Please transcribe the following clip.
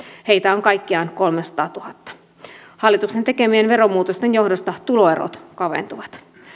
heitä on kaikkiaan kolmannensadannentuhannennen hallituksen tekemien veromuutosten johdosta tuloerot kaventuvat